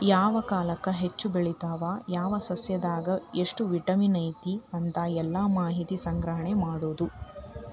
ಯಾವ ಕಾಲಕ್ಕ ಹೆಚ್ಚ ಬೆಳಿತಾವ ಯಾವ ಸಸ್ಯದಾಗ ಎಷ್ಟ ವಿಟಮಿನ್ ಐತಿ ಅಂತ ಎಲ್ಲಾ ಮಾಹಿತಿ ಸಂಗ್ರಹಣೆ ಮಾಡುದು